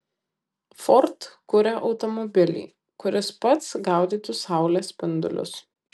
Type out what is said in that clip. ford kuria automobilį kuris pats gaudytų saulės spindulius